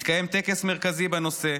ויתקיים טקס מרכזי בנושא.